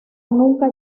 nunca